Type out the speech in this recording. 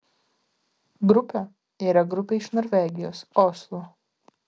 grupė yra grupė iš norvegijos oslo